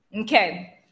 Okay